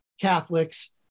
Catholics